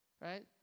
right